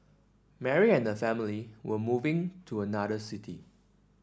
Mary and family were moving to another city